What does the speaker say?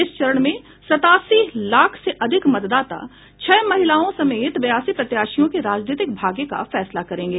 इस चरण में सत्तासी लाख से अधिक मतदाता छह महिलाओं समेत बयासी प्रत्याशियों के राजनीतिक भाग्य का फैसला करेंगे